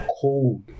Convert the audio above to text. cold